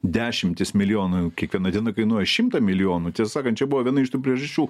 dešimtis milijonų kiekviena diena kainuoja šimtą milijonų tiesą sakant čia buvo viena iš tų priežasčių